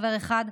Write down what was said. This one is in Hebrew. חבר אחד,